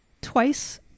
twice